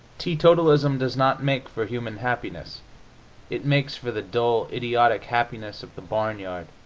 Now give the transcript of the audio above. teetotalism does not make for human happiness it makes for the dull, idiotic happiness of the barnyard.